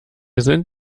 sind